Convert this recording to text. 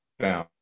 down